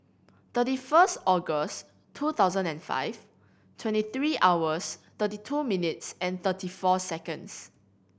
thirty first August two thousand and five twenty three hours thirty two minutes and thirty four seconds